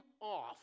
off